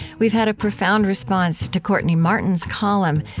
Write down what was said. we've had a profound response to courtney martin's column,